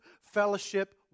fellowship